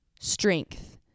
Strength